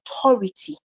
authority